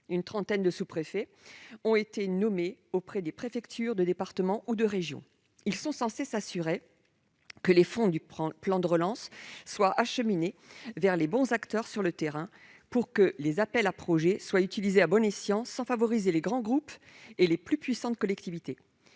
Une trentaine de sous-préfets ont ainsi été nommés auprès des préfectures de département ou de région. Ils sont censés s'assurer que les fonds du plan de relance sont acheminés vers les bons acteurs sur le terrain pour que les appels à projets soient utilisés à bon escient sans favoriser les grands groupes et les plus puissantes collectivités.